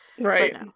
Right